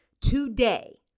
Today